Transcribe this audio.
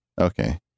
Okay